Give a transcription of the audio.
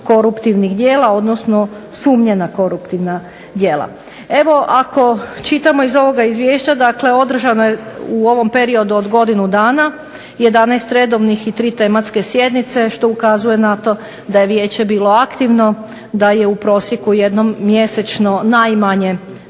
koruptivnih djela, odnosno sumnje na koruptivna djela. Evo ako čitamo iz ovoga izvješća, dakle održano je u ovom periodu od godinu dana 11 redovnih i 3 tematske sjednice što ukazuje na to da je Vijeće bilo aktivno, da je u prosjeku jednom mjesečno najmanje